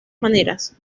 maneras